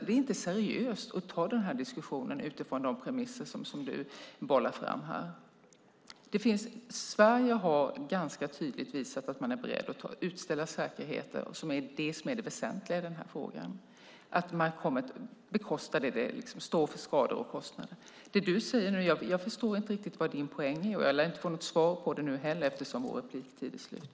Det är inte seriöst att ta den här diskussionen utifrån de premisser som du, Jan Lindholm, här bollar fram. Sverige har ganska tydligt visat att man är beredd att utställa säkerheter - det väsentliga i frågan. Man kommer att stå för skador och kostnader. Jag förstår inte riktigt poängen i det du, Jan Lindholm, säger och lär inte få något svar eftersom tiden för våra repliker är slut.